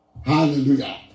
Hallelujah